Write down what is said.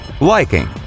liking